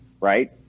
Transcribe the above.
Right